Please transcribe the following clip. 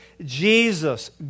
Jesus